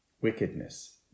wickedness